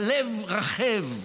הלב רחב,